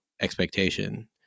expectation